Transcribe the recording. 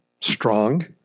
strong